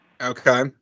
Okay